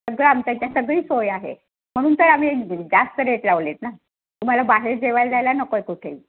सगळं आमच्या इथे सगळी सोय आहे म्हणून तर आम्ही जास्त रेट लावले आहे ना तुम्हाला बाहेर जेवायला जायला नको आहे कुठेही